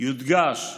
ולא יימצא